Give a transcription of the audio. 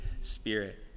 spirit